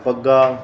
Dubagga